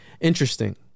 interesting